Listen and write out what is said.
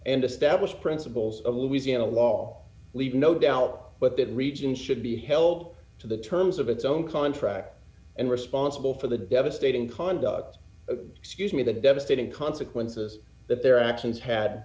and established principles of louisiana law leave no doubt but that region should be held to the terms of its own contract and responsible for the devastating conduct excuse me the devastating consequences that their actions had